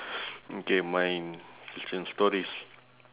okay mine question stories